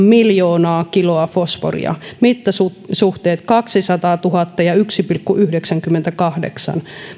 miljoonaa kiloa fosforia mittasuhteet kaksisataatuhatta ja yksi pilkku yhdeksänkymmentäkahdeksan